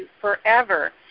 forever